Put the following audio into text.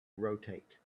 rotate